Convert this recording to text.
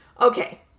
okay